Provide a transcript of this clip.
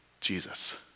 Jesus